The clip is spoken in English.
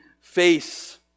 face